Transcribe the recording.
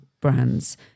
brands